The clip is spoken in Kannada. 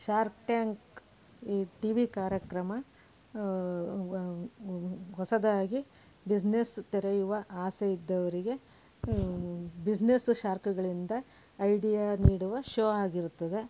ಶಾರ್ಕ್ ಟ್ಯಾಂಕ್ ಈ ಟಿ ವಿ ಕಾರ್ಯಕ್ರಮ ಹೊಸದಾಗಿ ಬಿಸ್ನೆಸ್ ತೆರೆಯುವ ಆಸೆ ಇದ್ದವರಿಗೆ ಶಾರ್ಕ್ಗಳಿಂದ ಐಡಿಯಾ ನೀಡುವ ಶೋ ಆಗಿರುತ್ತದೆ